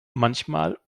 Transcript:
manchmal